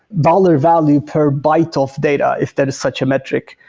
dollar value per byte of data, if there is such a metric,